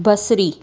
बसरी